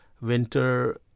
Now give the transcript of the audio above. winter